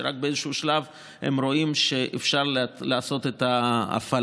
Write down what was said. ורק באיזשהו שלב הם רואים שאפשר לעשות את ההפעלה.